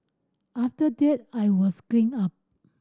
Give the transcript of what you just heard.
after that I was clean up